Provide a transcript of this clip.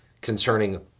concerning